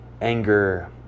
Anger